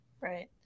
Right